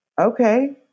okay